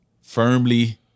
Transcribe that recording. firmly